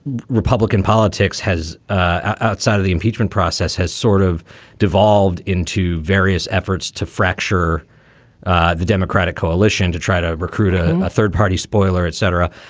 republican politics has ah outside of the impeachment process has sort of devolved into various efforts to fracture the democratic coalition to try to recruit ah a third party spoiler, etc.